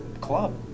club